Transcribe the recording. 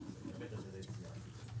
בהיבט הזה זה הצליח.